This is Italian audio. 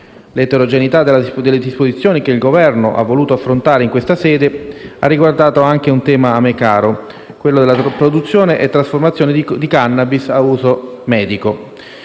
L'eterogeneità delle disposizioni che il Governo ha voluto affrontare in questa sede ha riguardato anche un tema a me caro: quello della produzione e trasformazione di *cannabis* a uso medico.